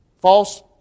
False